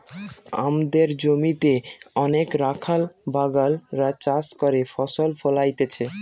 আমদের জমিতে অনেক রাখাল বাগাল রা চাষ করে ফসল ফোলাইতেছে